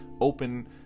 open